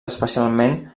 especialment